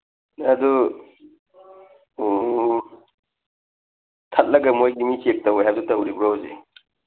ꯑꯗꯨ ꯎꯝ ꯊꯠꯂꯒ ꯃꯣꯏ ꯃꯤ ꯆꯦꯛ ꯇꯧꯋꯦ ꯍꯥꯏꯗꯨ ꯇꯧꯔꯤꯕ꯭ꯔꯣ ꯍꯧꯖꯤꯛ